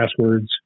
passwords